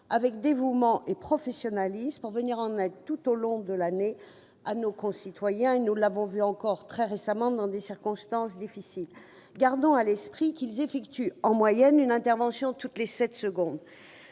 avec dévouement et professionnalisme, pour venir en aide, tout au long de l'année, à nos concitoyens, comme nous l'avons encore vu très récemment, dans des circonstances difficiles. Gardons à l'esprit qu'ils effectuent, en moyenne, une intervention toutes les sept secondes